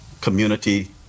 community